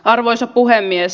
arvoisa puhemies